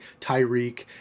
Tyreek